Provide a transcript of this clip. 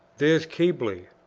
there's keble!